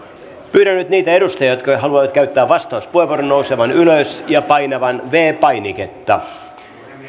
pyydän nyt niitä edustajia jotka haluavat käyttää vastauspuheenvuoron nousemaan ylös ja painamaan viides painiketta